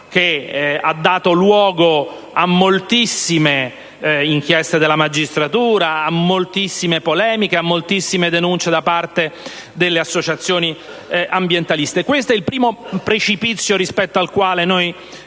che ha dato luogo a moltissime inchieste della magistratura, a moltissime polemiche e denunce da parte delle associazioni ambientaliste. Questo è il primo precipizio davanti al quale ci